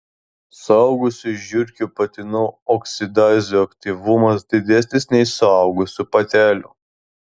suaugusių žiurkių patinų oksidazių aktyvumas didesnis nei suaugusių patelių